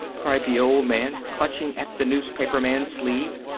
cried the old man, clutching at the newspaperman's sleeve.